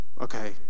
Okay